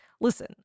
Listen